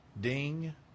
Ding